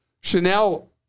Chanel